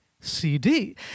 CD